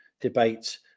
debate